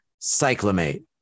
Cyclamate